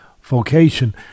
vocation